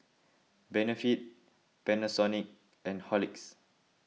Benefit Panasonic and Horlicks